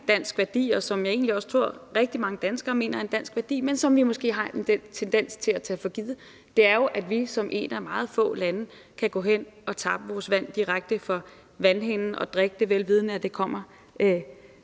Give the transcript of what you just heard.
dansk værdi, og som jeg egentlig også tror rigtig mange danskere mener er en dansk værdi, men som vi måske har en tendens til at tage for givet, er jo, at vi som et af meget få lande kan gå hen og tappe vores vand direkte fra vandhanen og drikke det, vel vidende at det kommer